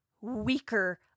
weaker